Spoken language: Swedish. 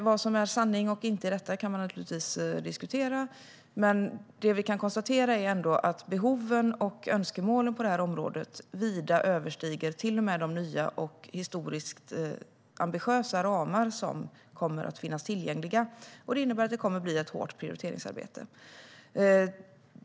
Vad som är sanning eller inte kan man naturligtvis diskutera, men vi kan konstatera att behoven och önskemålen på området vida överstiger till och med de nya och historiskt ambitiösa ramar som kommer att finnas tillgängliga. Det innebär att det kommer att bli ett hårt prioriteringsarbete.